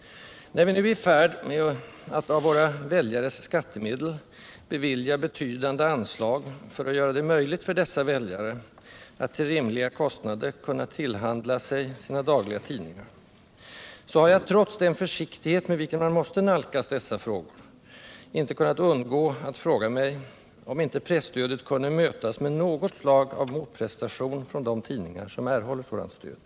När vi nu är i färd med att av våra väljares skattemedel bevilja betydande anslag för att göra det möjligt för dessa väljare att till rimliga kostnader tillhandla sig sina dagliga tidningar, har jag trots den försiktighet med vilken man måste nalkas dessa frågor inte kunnat undgå att fråga mig, om inte presstödet kunde mötas med något slag av motprestation från de tidningar som erhåller sådant stöd.